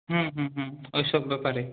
হুম হুম হুম ওই সব ব্যাপারে